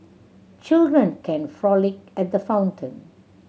children can frolic at the fountain